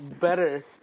better